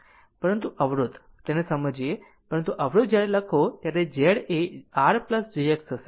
પરંતુ અવરોધ તેને સમજીએ પરંતુ અવરોધ જ્યારે લખો ત્યારે z એ r jx થશે